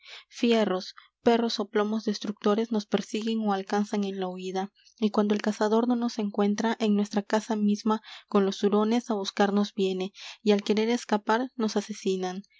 fieros perros plomos destructores nos persiguen ó alcanzan en la huida y cuando el cazador no nos encuentra en nuestra casa misma con los hurones á buscarnos viene y al querer escapar nos asesinan